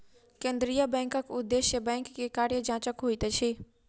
केंद्रीय बैंकक उदेश्य बैंक के कार्य जांचक होइत अछि